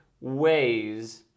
ways